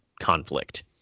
conflict